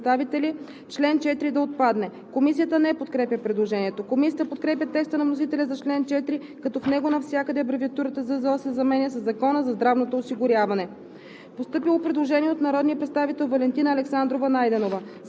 Постъпило е предложение от народния представител Мустафа Карадайъ и група народни представители чл. 4 да отпадне. Комисията не подкрепя предложението. Комисията подкрепя текста на вносителя за чл. 4, като в него навсякъде абревиатурата ЗЗО се заменя със „Закона за здравното осигуряване“.